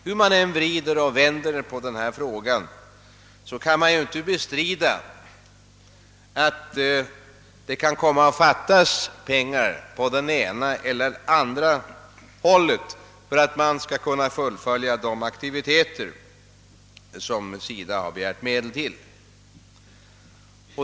Hur man än vrider och vänder på denna fråga kan man inte bestrida att det på det ena eller andra hållet kan komma att saknas pengar som behövs för att de aktiviteter skall kunna fullföljas som SIDA har begärt medel till.